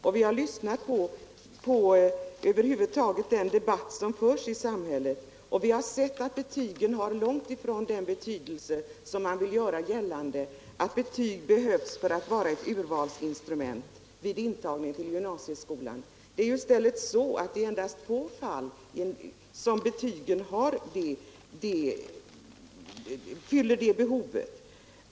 Och vi har över huvud taget lyssnat på den debatt som förs i samhället och sett att betygen långt ifrån har den betydelse som de vill göra gällande som menar att betygen behövs för att vara ett urvalsinstrument vid intagning till gymnasieskolan. Det är endast i få fall som betygen fyller det behovet.